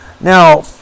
Now